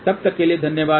तब तक के लिए धन्यवाद